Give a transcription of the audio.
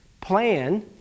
Plan